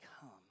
come